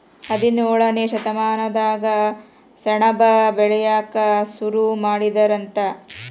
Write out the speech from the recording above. ಹದಿನೇಳನೇ ಶತಮಾನದಾಗ ಸೆಣಬ ಬೆಳಿಯಾಕ ಸುರು ಮಾಡಿದರಂತ